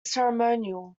ceremonial